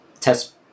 test